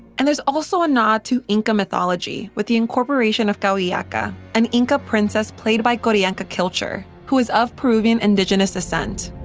and there's also a nod to inca mythology with the incorporation of kawillaka, an inca princess played by q'orianka kilcher, who is of peruvian indigenous descent.